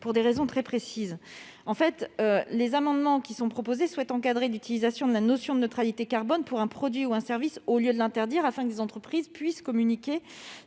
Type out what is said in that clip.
Les raisons sont très précises. Avec les autres amendements, il est en fait proposé d'encadrer l'utilisation de la notion de neutralité carbone pour un produit ou un service au lieu de l'interdire, afin que les entreprises puissent communiquer